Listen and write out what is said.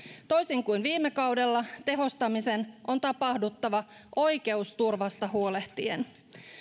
toisin kuin viime kaudella tehostamisen on tapahduttava oikeusturvasta huolehtien